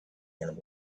animals